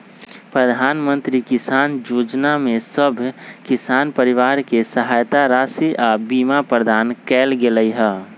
प्रधानमंत्री किसान जोजना में सभ किसान परिवार के सहायता राशि आऽ बीमा प्रदान कएल गेलई ह